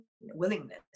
willingness